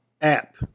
app